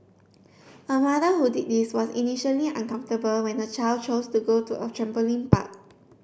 a mother who did this was initially uncomfortable when her child chose to go to a trampoline park